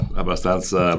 abbastanza